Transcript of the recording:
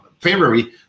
February